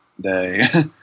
day